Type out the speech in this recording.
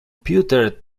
pewter